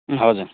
हजुर